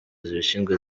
zibishinzwe